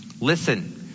Listen